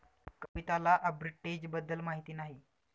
कविताला आर्बिट्रेजबद्दल माहिती नाही